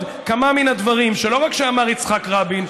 כמה מן הדברים שלא רק שאמר יצחק רבין,